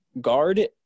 guard